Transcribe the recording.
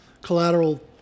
collateral